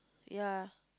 ya